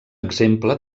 exemple